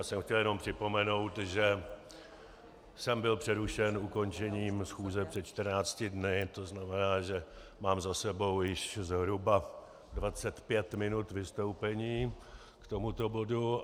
Já jsem chtěl jenom připomenout, že jsem byl přerušen ukončením schůze před 14 dny, to znamená, že mám za sebou již zhruba 25 minut vystoupení k tomuto bodu.